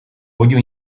oihu